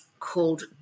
called